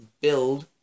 build